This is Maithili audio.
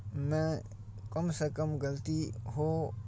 मे कमसँ कम गलती हो